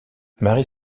marie